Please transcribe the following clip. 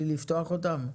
לפחו בלי לפתוח אותם?